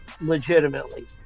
legitimately